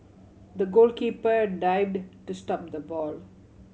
the goalkeeper dived to stop the ball